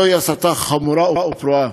זוהי הסתה חמורה ופרועה.